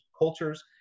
cultures